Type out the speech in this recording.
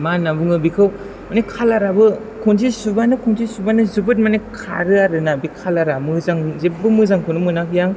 मा होननानै बुङो बेखौ मोने खालाराबो खनसे सुबानो खनसे सुबानो जोबोद माने खारो आरो ना बे खालारा मोजां जेबो मोजांखौनो मोनाखै आं